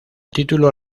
título